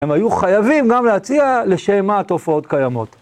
הם היו חייבים גם להציע לשם מה התופעות קיימות.